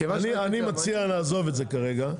אני מציע, נעזוב את זה כרגע.